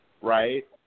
right